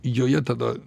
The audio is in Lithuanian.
joje tada